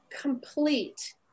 complete